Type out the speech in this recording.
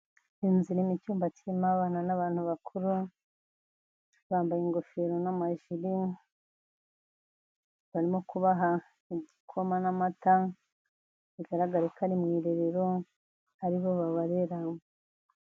Inzu irimo icyumba kirimo abana n'abantu bakuru, bambaye ingofero n'amajili, barimo kubaha igikoma n'amata; bigaragare ko ari mu irerero, ari bo babarera.